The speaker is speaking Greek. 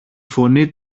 φωνή